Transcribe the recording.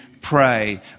pray